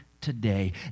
today